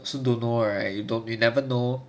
so don't know eh you don't you never know